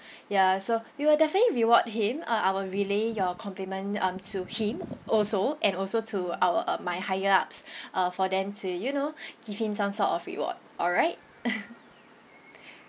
ya so we will definitely reward him uh I will relay your compliment um to him also and also to our um my higher ups uh for them to you know give him some sort of reward alright